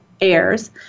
heirs